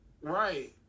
Right